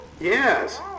yes